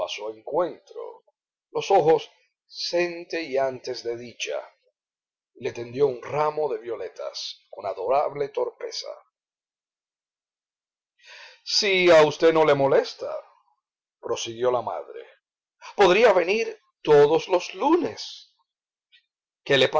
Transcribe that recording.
a su encuentro los ojos centelleantes de dicha y le tendió un gran ramo de violetas con adorable torpeza si a usted no le molesta prosiguió la madre podría venir todos los lunes qué le